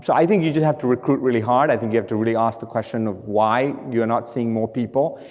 so i think you just have to recruit really hard, i think you have to really ask the question of why you are not seeing more people,